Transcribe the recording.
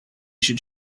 should